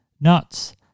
Nuts